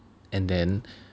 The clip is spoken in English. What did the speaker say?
and then